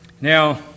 Now